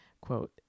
Quote